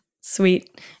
sweet